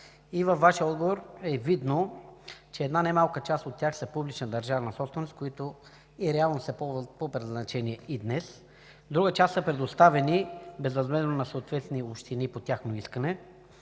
От Вашия отговор е видно, че една немалка част от тях са публична държавна собственост, които реално се ползват по предназначение и днес. Друга част са предоставени безвъзмездно на съответни общини по тяхно искане,